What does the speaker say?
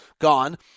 gone